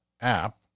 app